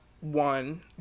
one